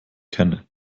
kenne